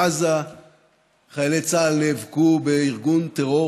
בעזה חיילי צה"ל נאבקו בארגון טרור